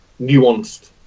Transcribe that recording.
nuanced